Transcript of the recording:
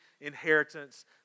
inheritance